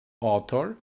author